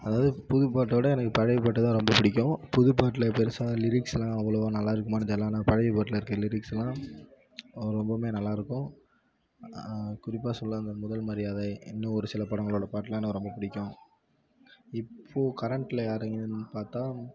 அதாவது புது பாட்டோட எனக்கு பழைய பாட்டு தான் ரொம்ப பிடிக்கும் புது பாட்டில் பெருசாக லிரிக்ஸ்லாம் அவ்வளோவா நல்லா இருக்க மாட்டுது எல்லாம் ஆனால் பழைய பாட்டில் இருக்க லிரிக்ஸ்லாம் ரொம்பவுமே நல்லாயிருக்கும் குறிப்பாக சொல்லலாம் இந்த முதல் மரியாதை இன்னும் ஒரு சில படங்களோடய பாட்டுலாம் எனக்கு ரொம்ப பிடிக்கும் இப்போது கரெண்ட்டில் யாருன்னு பார்த்தா